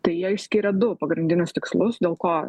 tai jie išskyrė du pagrindinius tikslus dėl ko